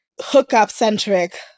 hookup-centric